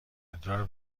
ادرار